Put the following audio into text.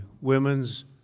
Women's